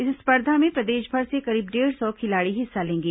इस स्पर्धा में प्रदेशभर से करीब डेढ़ सौ खिलाड़ी हिस्सा लेंगे